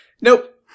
Nope